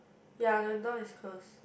ya the door is close